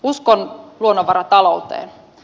uskon luonnonvaratalouteen